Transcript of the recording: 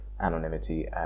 anonymity